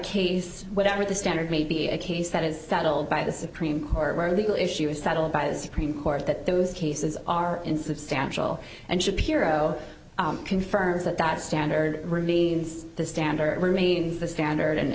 case whatever the standard may be a case that is settled by the supreme court where legal issue is settled by the supreme court that those cases are insubstantial and shapiro confirms that that standard remains the standard remains the standard and